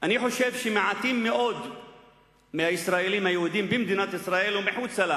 אני חושב שמעטים מאוד מהישראלים היהודים במדינת ישראל ומחוצה לה